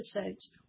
episodes